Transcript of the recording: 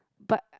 but